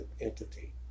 entity